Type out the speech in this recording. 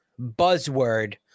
buzzword